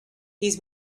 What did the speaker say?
his